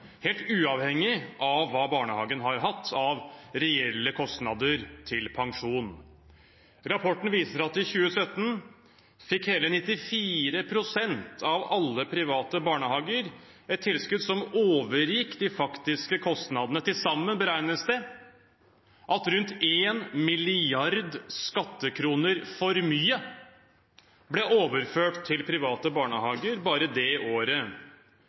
helt uavhengig av hva barnehagen har hatt av reelle kostnader til pensjon. Rapporten viser at i 2017 fikk hele 94 pst. av alle private barnehager et tilskudd som overgikk de faktiske kostnadene. Til sammen beregnes det at rundt én milliard skattekroner for mye ble overført til private barnehager bare det året.